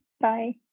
Bye